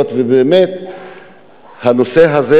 היות שבאמת הנושא הזה,